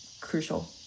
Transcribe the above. crucial